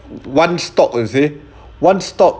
one stock you see one stock